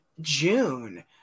June